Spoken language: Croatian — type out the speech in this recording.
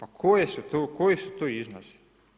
A koji su to iznosi?